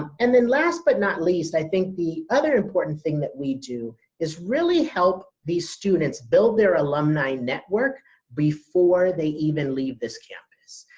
and then last but not least i think the other important thing that we do is really help these students build their alumni network before they even leave this campus.